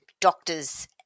doctors